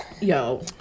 yo